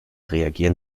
reagieren